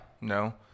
no